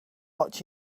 watch